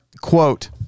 quote